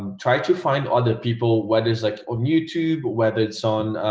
um try to find other people whether it's like on youtube whether it's on